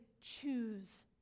choose